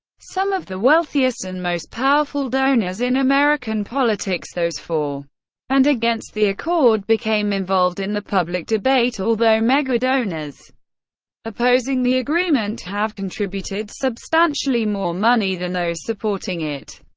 some of the wealthiest and most powerful donors in american politics, those for and against the accord, became involved in the public debate, although mega-donors opposing the agreement have contributed substantially more money than those supporting it.